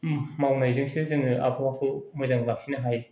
मावनायजोंसो जोङो आबहावाखौ मोजां लाखिनो हायो